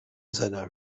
seiner